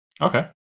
Okay